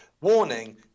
warning